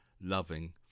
loving